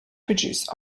produce